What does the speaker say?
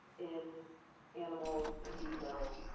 in animals, in vitro,